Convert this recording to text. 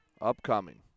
upcoming